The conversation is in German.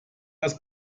das